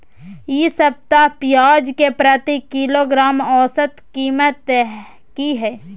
इ सप्ताह पियाज के प्रति किलोग्राम औसत कीमत की हय?